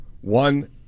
One